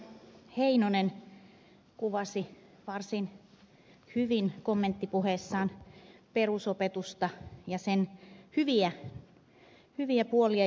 heinonen kuvasi varsin hyvin kommenttipuheessaan perusopetusta ja sen hyviä puolia